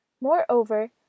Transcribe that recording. Moreover